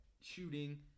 shooting